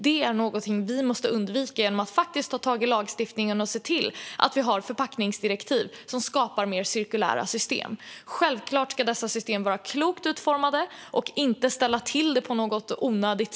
Detta måste vi undvika genom att lagstifta om förpackningsdirektiv som skapar mer cirkulära system, och givetvis ska dessa system vara klokt utformade och inte ställa till det i onödan.